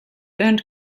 earned